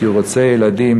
כי הוא רוצה ילדים